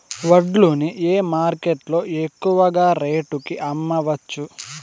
వడ్లు ని ఏ మార్కెట్ లో ఎక్కువగా రేటు కి అమ్మవచ్చు?